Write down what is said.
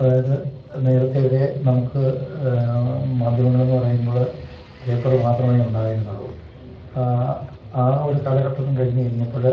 അതായത് നേരത്തേയൊക്കെ നമുക്ക് മാധ്യമങ്ങളെന്നു പറയുമ്പോൾ പേപ്പറ് മാത്രമേ ഉണ്ടായിരുന്നുള്ളൂ ആ ആ ഒരു കാലഘട്ടവും കഴിഞ്ഞു കഴിഞ്ഞപ്പോൾ